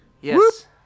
Yes